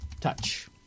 touch